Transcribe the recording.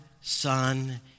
Son